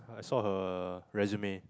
I saw her resume